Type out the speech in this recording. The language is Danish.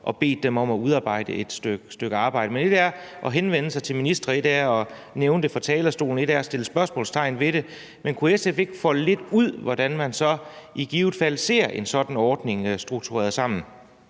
og bedt dem om at udarbejde et stykke papir. Men et er at henvende sig til ministre, et er nævne det fra talerstolen, et er at stille spørgsmålstegn ved det, men kunne SF ikke folde lidt ud, hvordan man så i givet fald ser en sådan ordning struktureret?